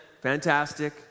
fantastic